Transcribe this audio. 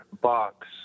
box